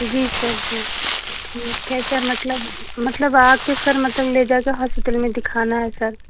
जी sir जी यह कैसे मतलब मतलब आकर सर मतलब ले जाके हॉस्पिटल में दिखाना है सर